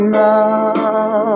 now